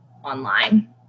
online